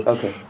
Okay